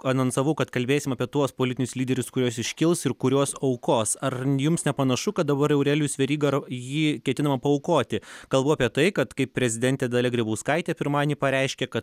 anonsavau kad kalbėsim apie tuos politinius lyderius kuriuos iškils ir kuriuos aukos ar jums nepanašu kad dabar aurelijus veryga ar jį ketinama paaukoti kalbų apie tai kad kai prezidentė dalia grybauskaitė pirmadienį pareiškė kad